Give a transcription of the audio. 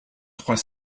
trois